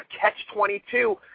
catch-22